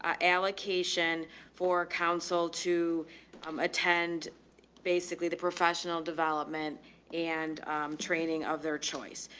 ah allocation for council to um attend basically the professional development and training of their choice.